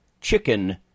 chicken